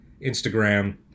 Instagram